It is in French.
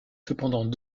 cependant